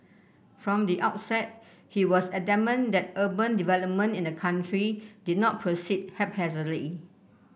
from the outset he was adamant that urban development in the country did not proceed haphazardly